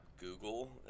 Google